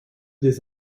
des